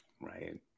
Right